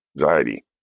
anxiety